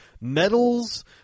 medals